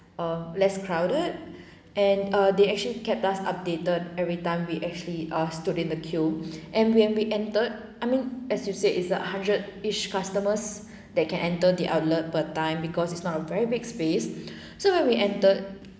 err less crowded and uh they actually kept us updated every time we actually asked during the queue and when we entered I mean as you said is a hundred each customers that can enter the outlet per time because it's not a very big space so when we entered